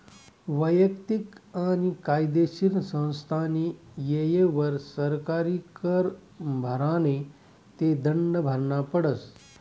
वैयक्तिक आणि कायदेशीर संस्थास्नी येयवर सरकारी कर भरा नै ते दंड भरना पडस